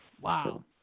Wow